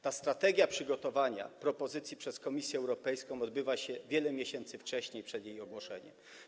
Ta strategia przygotowania propozycji przez Komisję Europejską jest realizowana wiele miesięcy wcześniej przed jej ogłoszeniem.